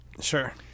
sure